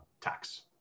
tax